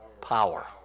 power